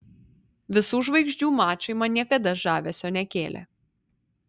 visų žvaigždžių mačai man niekada žavesio nekėlė